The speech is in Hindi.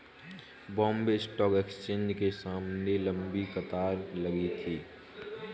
बॉम्बे स्टॉक एक्सचेंज के सामने लंबी कतार लगी थी